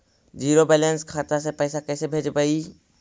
Zero balance खाता से पैसा कैसे भेजबइ?